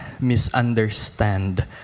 misunderstand